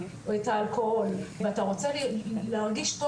או את האלכוהול ואתה רוצה להרגיש טוב